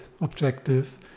objective